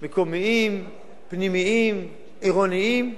מקומיים, פנימיים, עירוניים,